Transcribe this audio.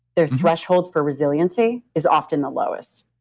their threshold for resiliency is often the lowest.